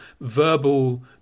verbal